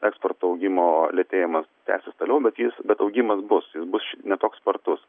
eksporto augimo lėtėjimas tęsis toliau bet jis bet augimas bus jis bus ne toks spartus